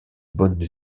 bonne